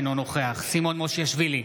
אינו נוכח סימון מושיאשוילי,